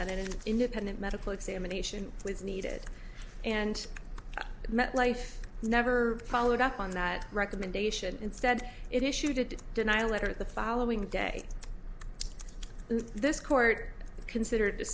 that an independent medical examination was needed and metlife never followed up on that recommendation instead it issued denial letter the following day this court considered